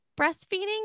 breastfeeding